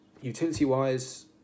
utility-wise